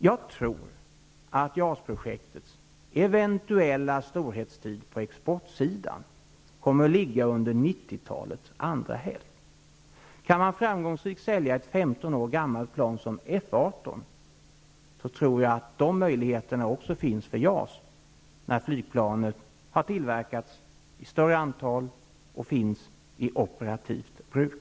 Jag tror att JAS-projektets eventuella storhetstid på exportsidan kommer att ligga under 90-talets andra hälft. Går det att framgångsrikt sälja ett 15 år gammalt plan som F 18, tror jag att de möjligheterna också finns för JAS när flygplanet har tillverkats i ett större antal och finns i operativt bruk.